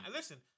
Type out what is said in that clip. Listen